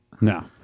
No